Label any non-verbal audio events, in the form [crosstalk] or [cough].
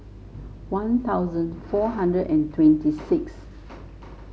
[noise] One Thousand four hundred and twenty six